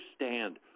understand